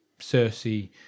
Cersei